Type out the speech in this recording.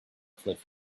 cliff